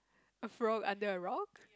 a frog under a rock